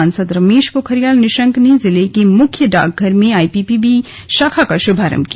सांसद रमेश पोखरियाल निशंक ने जिले के मुख्य डाकघर में आईपीपीबी शाखा का शुभारम्भ किया